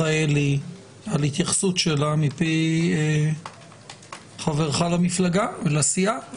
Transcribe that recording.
מיכאלי על התייחסותה מפי חבריך למפלגה ולסיעה.